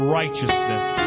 righteousness